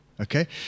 Okay